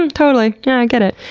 um totally. yeah, i get it.